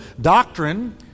Doctrine